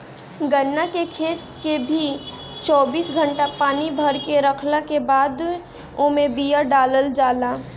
गन्ना के खेत के भी चौबीस घंटा पानी भरके रखला के बादे ओमे बिया डालल जाला